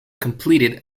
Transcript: completed